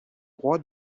roi